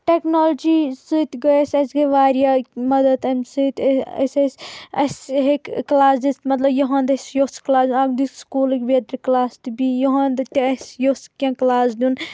technology سۭتۍ گٔے اسہِ اسہِ گٔے واریاہ مدت امہِ سۭتۍ أسۍ ٲسۍ اسہِ ہیکۍ کلاس دِتھ مطلب یُہنٛد اسہِ یوٚژھ کِلاس دِیُن اکھ دِت سکولٕکۍ بٮ۪ترِ کِلاس تہِ بییہِ یُہنٛد تہِ أسۍ یوٚژھ کینٛہہ کِلاس دِیُن